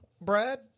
Brad